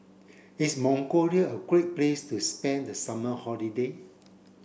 is Mongolia a great place to spend the summer holiday